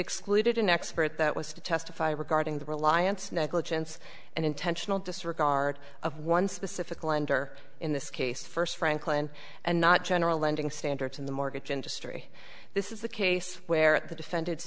excluded an expert that was to testify regarding the reliance negligence and intentional disregard of one specific lender in this case first franklin and not general lending standards in the mortgage industry this is the case where the defendants